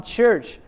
church